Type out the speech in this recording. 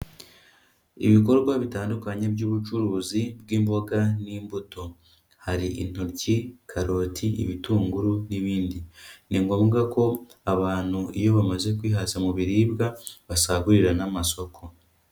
Ibikorwa bitandukanye by'ubucuruzi bw'imboga n'imbuto, hari intoryi, karoti, ibitunguru n'ibindi, ni ngombwa ko abantu iyo bamaze kwihaza mu biribwa, basagurira n'amasoko.